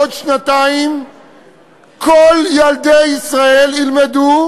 בעוד שנתיים כל ילדי ישראל ילמדו